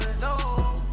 no